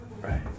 Right